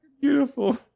beautiful